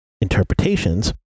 interpretations